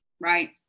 right